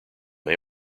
may